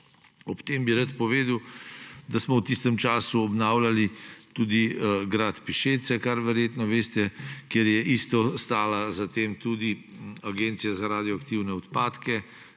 Ob tem bi rad povedal, da smo v tistem času obnavljali tudi grad Pišece, kar verjetno veste, kjer je za tem tudi stala Agencija za radioaktivne odpadke,